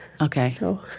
Okay